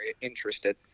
interested